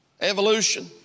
Evolution